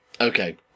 Okay